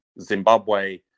Zimbabwe